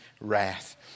wrath